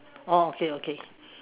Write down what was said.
orh okay okay